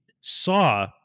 saw